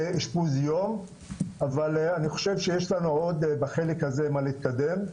אבל אני חושב שיש לנו עוד בחלק הזה מה להתקדם,